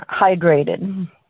hydrated